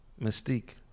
mystique